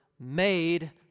made